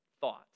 Thoughts